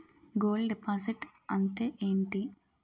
Gold deposit అంతే ఎంటి?